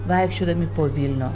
vaikščiodami po vilnių